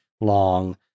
long